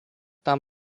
tam